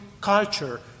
culture